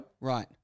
Right